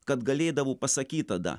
kad galėdavo pasakyt tada